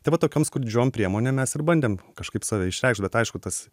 tai va tokiom skurdžiom priemonėm mes ir bandėm kažkaip save išreikšt bet aišku tas